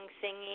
singing